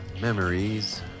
memories